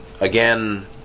again